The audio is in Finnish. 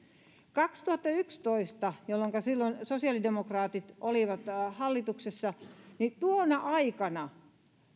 kaksituhattayksitoista jolloinka sosiaalidemokraatit olivat hallituksessa tuona aikana